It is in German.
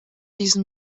diesen